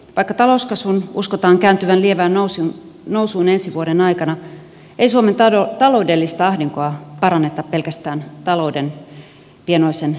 vaikka talouskasvun uskotaan kääntyvän lievään nousuun ensi vuoden aikana ei suomen taloudellista ahdinkoa paranneta pelkästään talouden pienoisen kehittymisen avulla